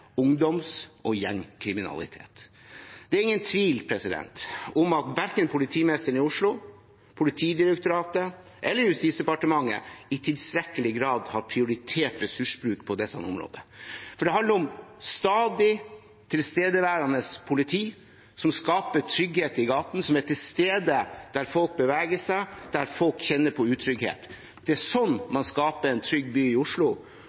ungdoms- og gjengkriminalitet. Det er ingen tvil om at verken politimesteren i Oslo, Politidirektoratet eller Justis- og beredskapsdepartementet i tilstrekkelig grad har prioritert ressursbruk på dette området. Dette handler om et stadig tilstedeværende politi som skaper trygghet i gatene, som er til stede der folk beveger seg, og der folk kjenner på utrygghet. Det er slik man skaper en trygg by i Oslo,